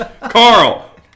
Carl